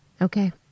Okay